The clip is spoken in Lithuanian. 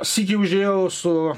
sykį užėjau su